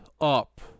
up